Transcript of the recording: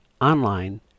online